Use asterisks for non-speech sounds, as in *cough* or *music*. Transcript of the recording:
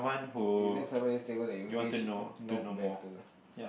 is that somebody's table that you wish know better *breath*